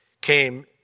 came